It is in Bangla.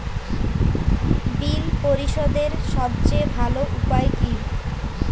বিল পরিশোধের সবচেয়ে ভালো উপায় কী?